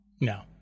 No